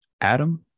Adam